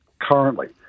currently